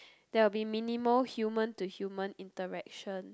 there will be minimal human to human interaction